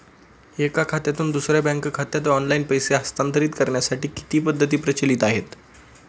एका खात्यातून दुसऱ्या बँक खात्यात ऑनलाइन पैसे हस्तांतरित करण्यासाठी किती पद्धती प्रचलित आहेत?